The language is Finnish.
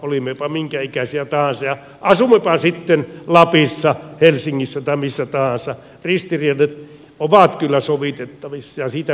olimmepa minkä ikäisiä tahansa ja asuimmepa sitten lapissa helsingissä tai missä tahansa ristiriidat ovat kyllä sovitettavissa ja siitä meidän täytyy lähteä eteenpäin